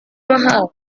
mahal